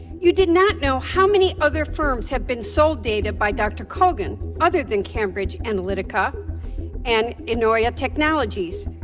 you did not know how many other firms have been sold data by dr. kogen other than cambridge analytica and anoya technologies,